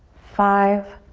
five,